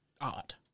art